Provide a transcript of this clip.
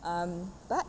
um but